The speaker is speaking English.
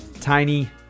tiny